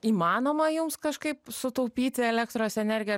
įmanoma jums kažkaip sutaupyti elektros energiją ar